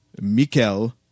Mikkel